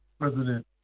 President